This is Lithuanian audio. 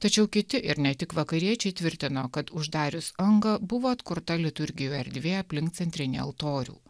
tačiau kiti ir ne tik vakariečiai tvirtino kad uždarius angą buvo atkurta liturgijų erdvė aplink centrinį altorių